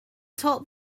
top